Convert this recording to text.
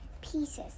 pieces